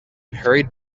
hurried